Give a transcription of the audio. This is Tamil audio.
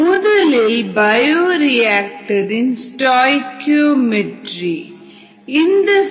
முதலில் பயோரியாக்சன் ஸ்டாஇகீஓமெட்ரி இந்த சொற்பொழிவில் பார்க்கலாம்